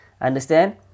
Understand